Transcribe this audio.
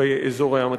באזור הים התיכון.